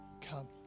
Come